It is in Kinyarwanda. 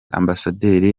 ambasaderi